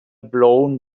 blown